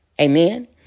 Amen